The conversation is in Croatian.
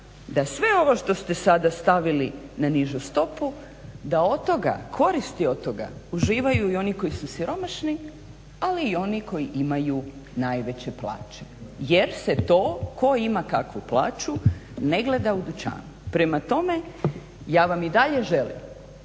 da sve ovo što ste sada stavili na nižu stopu da od toga, koristi od toga uživaju i oni koji su siromašni, ali i oni koji imaju najveće plaće. Jer se to tko ima kakvu plaću ne gleda u dućanu. Prema tome, ja vam i dalje želim